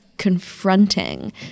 confronting